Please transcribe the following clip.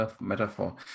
metaphor